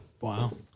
Wow